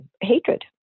hatred